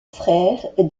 frère